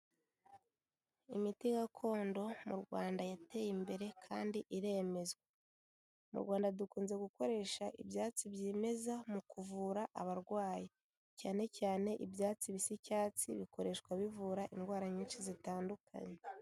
Imiti gakondo mu Rwanda yateye imbere kandi iremezwa, mu Rwanda dukunze gukoresha ibyatsi byimeza mu kuvura abarwayi, cyane cyane ibyatsi bisi icyatsi bikoreshwa bivura indwara nyinshi zitandukanye.